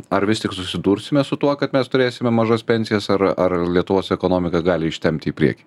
ar vis tik susidursime su tuo kad mes turėsime mažas pensijas ar ar lietuvos ekonomika gali ištempti į priekį